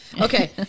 Okay